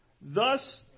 Thus